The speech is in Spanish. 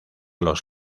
los